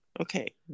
okay